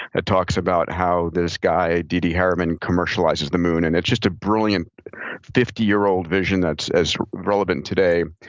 it talks about how this guy, d d. harriman commercializes the moon, and it's just a brilliant fifty year old vision that's as relevant today,